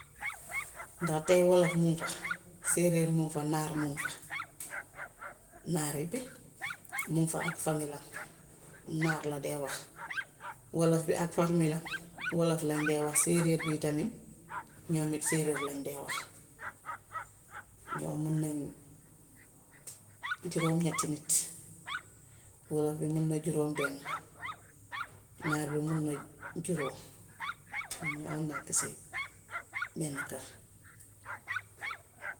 Ndaxte wolof muŋ fa, séeréer muŋ fa, naar muŋ fa. Naaray pëj muŋ fa ak famiyam. Naar la dee wax. Wolof bi ak famiyam wolof lañ dee wax. Séeréer bi tamit, ñoom it séeréer lañ dee wax. Noon la mel. Juróom-ñetti nit wolof bi mun na juróom-benn, naar bi mun na juróom. Ñoo nekk si benn kër.